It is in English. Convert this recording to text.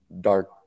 dark